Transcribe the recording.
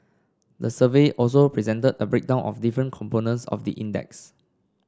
the survey also presented a breakdown of different components of the index